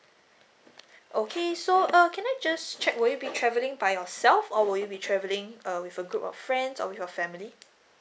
okay so err can I just check would you be travelling by yourself or would you be travelling uh with a group or friends or with your family